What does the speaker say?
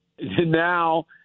Now